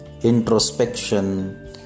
introspection